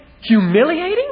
humiliating